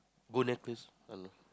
gold necklace